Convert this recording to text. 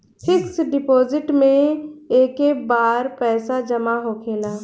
fix deposit मे एके बार पैसा जामा होखेला